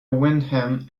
wyndham